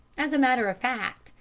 as a matter of fact,